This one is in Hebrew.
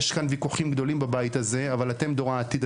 יש ויכוחים גדולים בבית הזה אבל אתם דור העתיד.